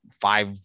five